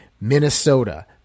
Minnesota